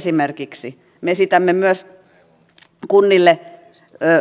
siksi me esimerkiksi esitämme myös kunnille